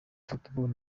football